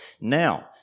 Now